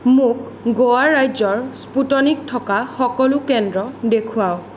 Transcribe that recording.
মোক গোৱা ৰাজ্যৰ স্পুটনিক থকা সকলো কেন্দ্ৰ দেখুৱাওক